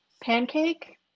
Pancake